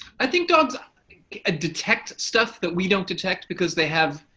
i think dogs ah detect stuff that we don't detect because they have,